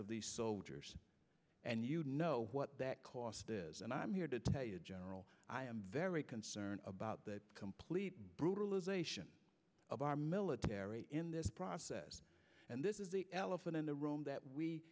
of these soldiers and you know what that cost is and i'm here to tell you general i am very concerned about the complete brutalization of our military in this process and this is the elephant in the room that we